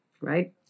Right